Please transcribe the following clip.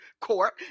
court